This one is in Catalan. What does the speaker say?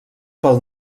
pel